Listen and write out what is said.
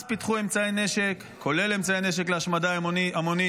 אז פיתחו אמצעי נשק כולל אמצעי נשק להשמדה המונית,